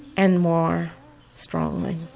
and more strongly.